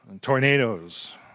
tornadoes